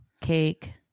cake